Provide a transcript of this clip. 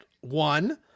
one